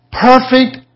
Perfect